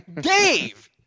Dave